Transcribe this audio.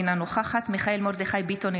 אינה נוכחת מיכאל מרדכי ביטון,